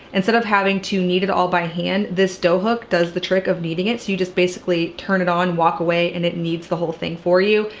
instead of having to kneed it all by hand, this dough hook does the trick of kneeding it so you just basically turn it on, walk away, and it kneeds the whole thing for you.